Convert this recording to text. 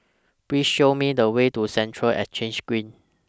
Please Show Me The Way to Central Exchange Green